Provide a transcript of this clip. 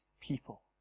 people